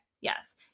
Yes